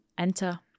Enter